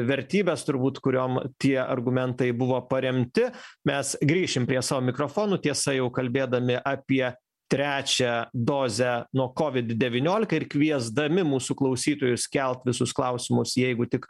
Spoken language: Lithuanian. vertybes turbūt kuriom tie argumentai buvo paremti mes grįšime prie savo mikrofonų tiesa jau kalbėdami apie trečią dozę nuo kovid devyniolika ir kviesdami mūsų klausytojus kelt visus klausimus jeigu tik